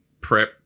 prep